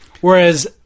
whereas